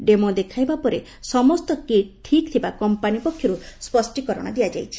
demo ଦେଖାଇବା ପରେ ସମସ୍ତ କିଟ୍ ଠିକ୍ ଥିବା କମ୍ପାନୀ ପକ୍ଷରୁ ସ୍ୱଷ୍କୀକରଣ ଦିଆଯାଇଛି